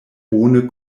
bone